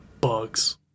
bugs